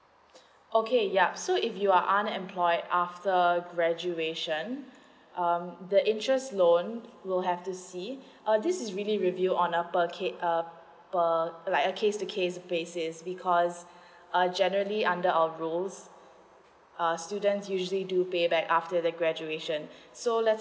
okay yup so if you are unemployed after graduation um the interest loan um we'll have to see uh this is really review on a per case uh uh like a case to case basis because uh generally under our loan uh students usually do pay back after the graduation so let's